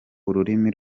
ururimi